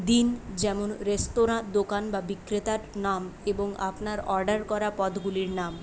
দিন যেমন রেস্তোরাঁ দোকান বা বিক্রেতার নাম এবং আপনার অর্ডার করা পদ্গুলির নাম